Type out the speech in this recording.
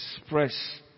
express